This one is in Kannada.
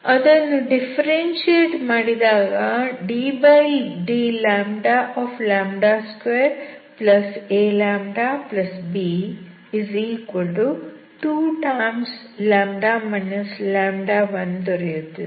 ಅದನ್ನು ಡಿಫ್ಫೆರೆನ್ಶಿಯೇಟ್ ಮಾಡಿದಾಗ ddλ2aλb2λ 1 ದೊರೆಯುತ್ತದೆ